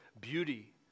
beauty